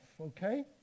okay